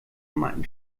mein